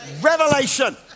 revelation